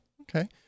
Okay